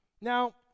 Now